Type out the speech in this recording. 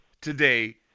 today